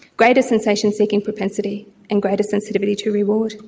greater sensation seeking propensity and greater sensitivity to reward.